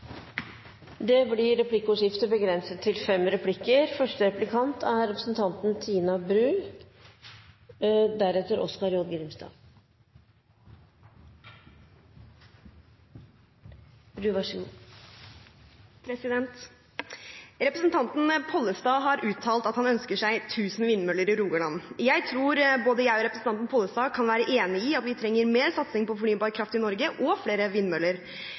Det blir replikkordskifte. Representanten Pollestad har uttalt at han ønsker seg tusen vindmøller i Rogaland. Jeg tror representanten Pollestad og jeg kan være enige om at vi trenger mer satsing på fornybar kraft i Norge og flere vindmøller,